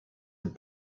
and